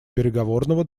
переговорного